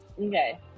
okay